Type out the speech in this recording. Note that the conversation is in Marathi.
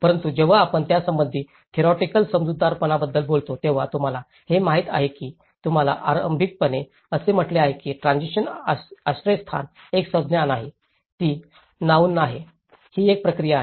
परंतु जेव्हा आपण त्यासंबंधी थिओरिटिकेल समजूतदारपणाबद्दल बोलता तेव्हा तुम्हाला हे माहित आहे की मी तुम्हाला आरंभिकपणे असे म्हटले आहे की ट्रान्सिशन आश्रयस्थान एक संज्ञा नाही ती नोउन आहे ही एक प्रक्रिया आहे